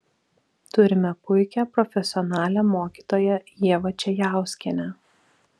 turime puikią profesionalią mokytoją ievą čejauskienę